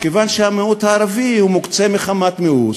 מכיוון שהמיעוט הערבי מוקצה מחמת מיאוס,